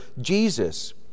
Jesus